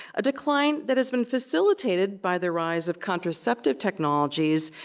a decline that has been facilitated by the rise of contraceptive technologies,